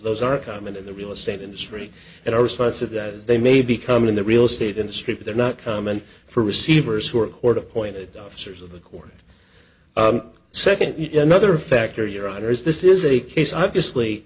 those are common in the real estate industry and our response to that is they may be coming in the real estate industry but they're not common for receivers who are court appointed officers of the court second yet another factor your honor is this is a case obviously